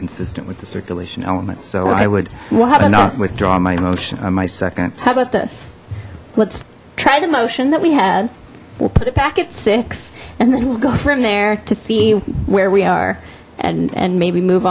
consistent with the circulation elements so i would what enough withdraw my motion on my second how about this let's try the motion that we had we'll put it back at six and then we'll go from there to see where we are and and maybe move